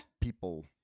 people